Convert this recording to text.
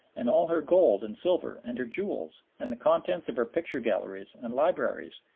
and all her gold and silver and her jewels, and the contents of her picture-galleries and libraries,